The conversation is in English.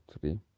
three